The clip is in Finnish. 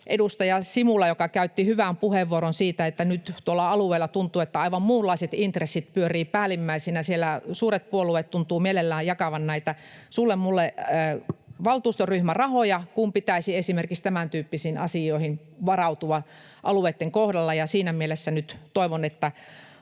edustaja Simula, joka käytti täällä aiemmin hyvän puheenvuoron siitä, että tuntuu, että nyt tuolla alueilla aivan muunlaiset intressit pyörivät päällimmäisenä. Siellä suuret puolueet tuntuvat mielellään jakavan valtuustoryhmärahoja ”sulle, mulle”, kun pitäisi esimerkiksi tämän tyyppisiin asioihin varautua alueitten kohdalla. Siinä mielessä nyt toivon, että